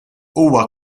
huwa